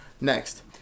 next